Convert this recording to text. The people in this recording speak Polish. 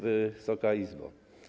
Wysoka Izbo!